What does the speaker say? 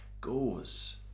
goes